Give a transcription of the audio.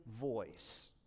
voice